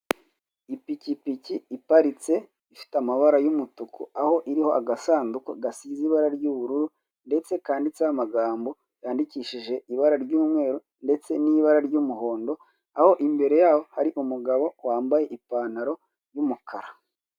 Ipikipiki iparitse ifite amabara y'umutuku, aho iriho agasanduku gasize ibara ry'ubururu, ndetse kanditseho amagambo yandikishije ibara ry'umweru ndetse n'ibara ry'umuhondo, aho imbere yaho hari umugabo wambaye ipantaro y'umukara.